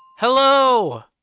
Hello